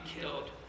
killed